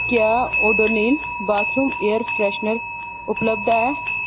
क्या Odonil bathroom air freshener उपलब्ध ऐ